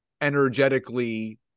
energetically